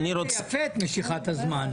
עשית יפה את משיכת הזמן.